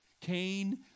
Cain